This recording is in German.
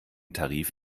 tarif